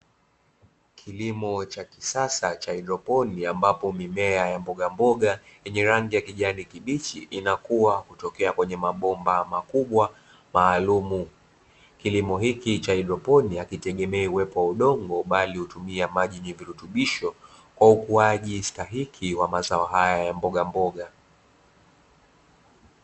Kilimo cha kisasa cha haidroponi, ambapo mimea ya mbogamboga yenye rangi ya kijani kibichi inakua kutokea kwenye mabomba makubwa maalumu. Kilimo hiki cha haidroponi hakitegemei uwepo wa udongo bali hutumia maji yenye virutubishi, kwa ukuaji stahiki wa mazao hayo ya mbogamboga.